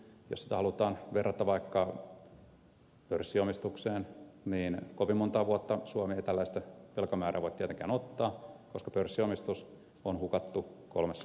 jos sitä halutaan verrata vaikka pörssiomistukseen niin kovin montaa vuotta suomi ei tällaista velkamäärää voi tietenkään ottaa koska pörssiomistus on hukattu kolmessa vuodessa